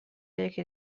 یکی